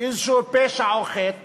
פשע או חטא